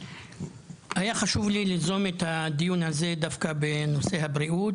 היה חשוב לי ליזום את הדיון הזה דווקא בנושא הבריאות